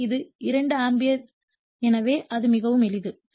எனவே இது 2 ஆம்பியர் எனவே இது மிகவும் எளிது